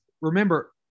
remember